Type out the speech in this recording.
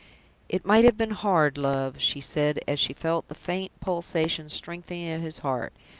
it might have been hard, love, she said, as she felt the faint pulsation strengthening at his heart.